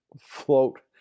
float